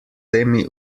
temi